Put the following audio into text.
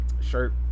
shirt